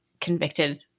convicted